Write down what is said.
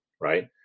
right